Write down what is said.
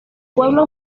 pueblo